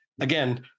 again